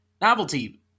novelty